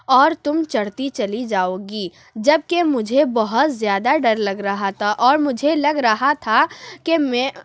اور تم چڑھتی چلی جاؤگی جب کہ مجھے بہت زیادہ ڈر لگ رہا تھا اور مجھے لگ رہا تھا کہ میں